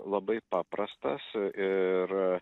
labai paprastas ir